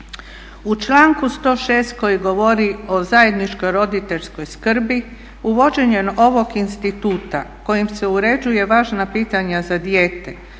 U članku 106.koji govori o zajedničkoj roditeljskoj skrbi uvođenjem ovog instituta kojim se uređuje važna pitanja za dijete,